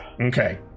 Okay